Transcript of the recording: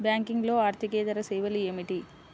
బ్యాంకింగ్లో అర్దికేతర సేవలు ఏమిటీ?